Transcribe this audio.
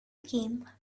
came